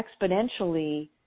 exponentially